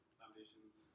foundations